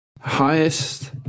highest